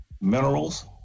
minerals